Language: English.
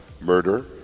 murder